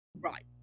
Right